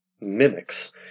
mimics